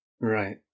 Right